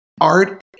art